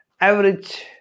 average